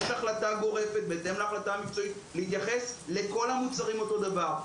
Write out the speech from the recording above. יש החלטה גורפת בהתאם להחלטה המקצועית להתייחס לכל המוצרים אותו דבר.